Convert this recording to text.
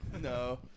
No